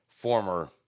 former